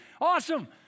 awesome